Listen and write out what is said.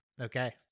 Okay